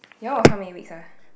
yours was how many weeks ah